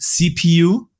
CPU